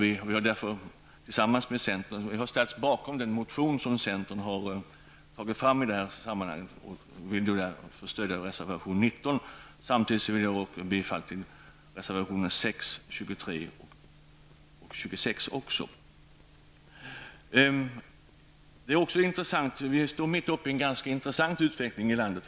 Vi i miljöpartiet har därför ställt oss bakom den motion som centern har avgivit i denna fråga. Därmed stöder vi också reservation 19. Jag yrkar samtidigt bifall till reservationerna 6, Vi står för tillfället mitt uppe i en ganska intressant utveckling i landet.